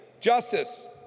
justice